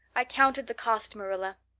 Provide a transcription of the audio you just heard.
i counted the cost, marilla.